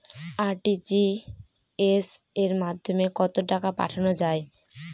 RTGS এর মাধ্যমে কত টাকা পাঠানো যায়?